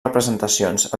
representacions